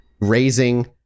raising